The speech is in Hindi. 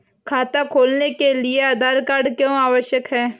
खाता खोलने के लिए आधार क्यो आवश्यक है?